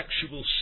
sexual